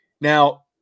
Now